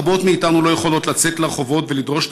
רבות מאיתנו לא יכולות לצאת לרחובות ולדרוש את